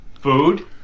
food